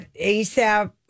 ASAP